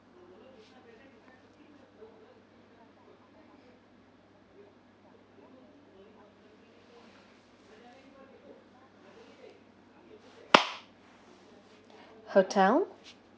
hotel